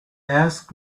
asked